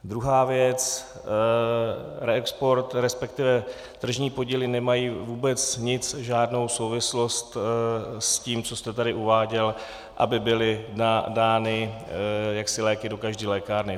Druhá věc reexport, resp. tržní podíly nemají vůbec nic, žádnou souvislost s tím, co jste tady uváděl, aby byly dány léky jaksi do každé lékárny.